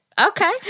Okay